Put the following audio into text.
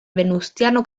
venustiano